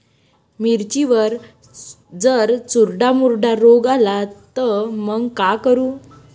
मिर्चीवर जर चुर्डा मुर्डा रोग आला त मंग का करू?